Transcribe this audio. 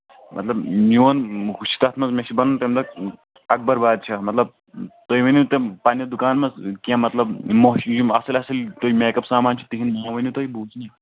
مطلب میون ہُہ چھُ تَتھ منٛز مےٚ چھِ بَنُن تَمہِ دۄہ اَکبر بادشاہ مطلب تُہۍ ؤنِو تِم پنٛنہِ دُکان منٛز کیٚنہہ مطلب یِم اَصٕلۍ اَصٕلۍ تۄہہِ میک اَپ سامان چھِ تِہِنٛدۍ ناو ؤنِو تُہۍ